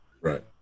right